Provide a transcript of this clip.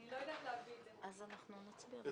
אני לא יודעת --- מה את לא יודעת?